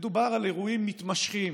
מדובר על אירועים מתמשכים